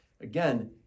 Again